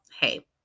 Hey